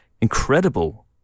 incredible